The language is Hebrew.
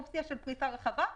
אופציה של פריסה רחבה,